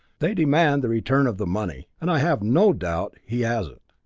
they demand the return of the money, and i have no doubt he has it.